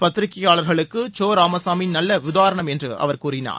பத்திரிகையாளர்களுக்கு சோ ராமசாமி ஒரு நல்ல உதாரணம் என்று அவர் கூறினார்